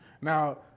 Now